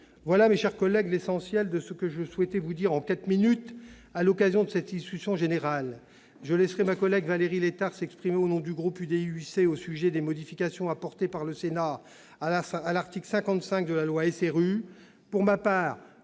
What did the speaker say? Voilà, mes chers collègues, l'essentiel de ce que je souhaitais vous dire en quatre minutes à l'occasion de cette discussion générale. Je laisserai ma collègue Valérie Létard s'exprimer au nom du groupe UDI-UC au sujet des modifications apportées par le Sénat à l'article 55 de la loi SRU. Je conclurai